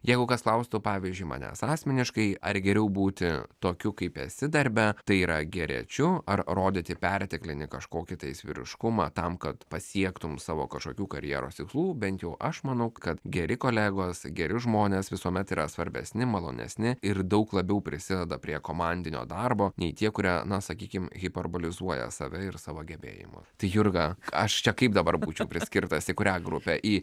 jeigu kas klaustų pavyzdžiui manęs asmeniškai ar geriau būti tokiu kaip esi darbe tai yra geriečiu ar rodyti perteklinį kažkokį tais vyriškumą tam kad pasiektum savo kažkokių karjeros tikslų bent jau aš manau kad geri kolegos geri žmonės visuomet yra svarbesni malonesni ir daug labiau prisideda prie komandinio darbo nei tie kurie na sakykim hiperbolizuoja save ir savo gebėjimų tai jurga aš čia kaip dabar būčiau priskirtas į kurią grupę į